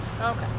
Okay